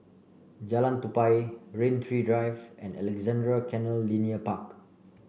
Jalan Tupai Rain Tree Drive and Alexandra Canal Linear Park